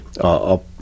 up